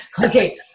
Okay